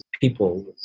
people